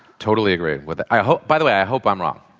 totally agree with that. i hope by the way, i hope i'm wrong.